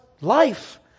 life